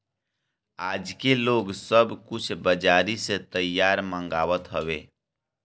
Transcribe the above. आजके लोग सब कुछ बजारी से तैयार मंगवात हवे